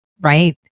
right